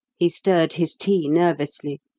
he stirred his tea nervously,